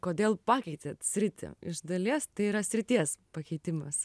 kodėl pakeitėt sritį iš dalies tai yra srities pakeitimas